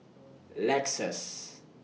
Lexus